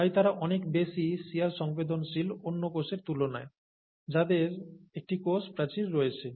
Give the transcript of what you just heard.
তাই তারা অনেক বেশী শিয়ার সংবেদনশীল অন্য কোষের তুলনায় যাদের একটি কোষ প্রাচীর রয়েছে